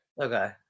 Okay